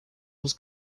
was